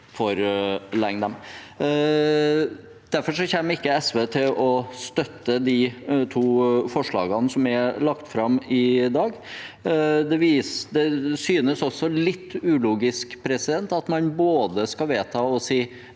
Derfor kommer ikke SV til å støtte de to forslagene som er lagt fram i dag. Det synes også litt ulogisk at man skal vedta både